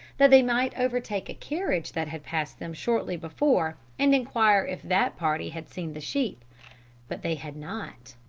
that they might overtake a carriage that had passed them shortly before, and enquire if that party had seen the sheep but they had not.